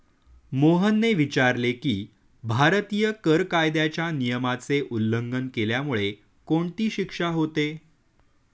मोहनने विचारले की, भारतीय कर कायद्याच्या नियमाचे उल्लंघन केल्यामुळे कोणती शिक्षा होते?